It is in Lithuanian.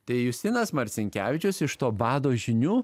tai justinas marcinkevičius iš to bado žinių